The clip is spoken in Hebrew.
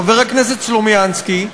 חבר הכנסת סלומינסקי,